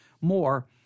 more